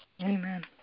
Amen